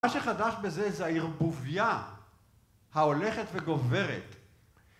מה שחדש בזה זה הערבובייה ההולכת וגוברת